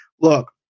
Look